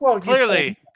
Clearly